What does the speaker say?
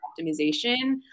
optimization